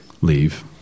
leave